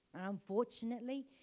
unfortunately